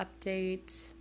update